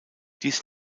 dies